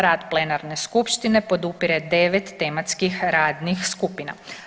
Rad plenarne skupštine podupire 9 tematskih radnih skupina.